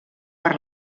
per